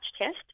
test